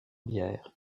bière